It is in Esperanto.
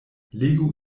legu